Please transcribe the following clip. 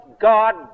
God